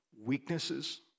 weaknesses